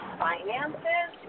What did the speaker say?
finances